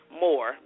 more